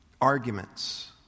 Arguments